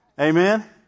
Amen